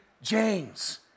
James